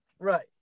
Right